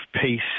peace